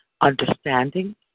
understanding